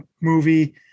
movie